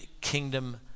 kingdom